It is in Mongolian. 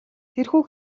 тэрхүү